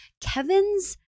kevin's